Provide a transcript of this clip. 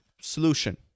solution